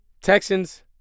Texans